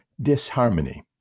disharmony